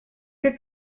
que